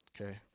Okay